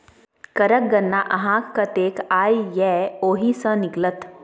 करक गणना अहाँक कतेक आय यै ओहि सँ निकलत